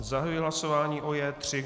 Zahajuji hlasování o J3.